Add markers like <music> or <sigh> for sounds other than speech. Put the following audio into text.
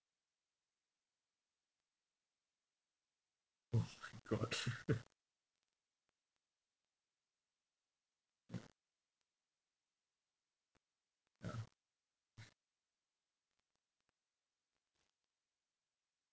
oh my god <laughs> ya